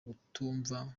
kutumva